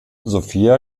sophia